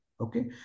Okay